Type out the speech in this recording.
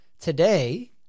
Today